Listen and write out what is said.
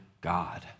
God